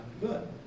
good